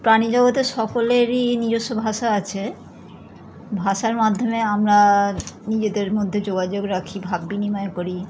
প্রাণী জগতের সকলেরই নিজস্ব ভাষা আছে ভাষার মাধ্যমে আমরা নিজেদের মধ্যে যোগাযোগ রাখি ভাব বিনিময় করি